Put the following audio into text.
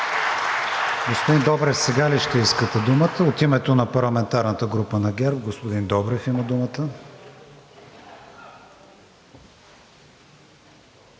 Господин Добрев, сега ли ще искате думата? От името на парламентарната група на ГЕРБ господин Добрев има думата.